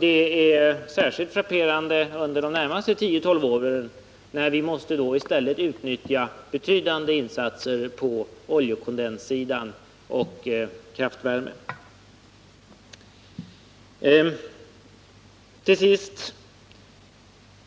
Det är särskilt frapperande under de närmaste tio-tolv åren, då vi i stället måste göra betydande insatser på oljekondenssidan och i fråga om kraftvärme.